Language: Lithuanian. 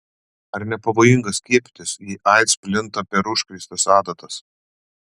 ar nepavojinga skiepytis jei aids plinta per užkrėstas adatas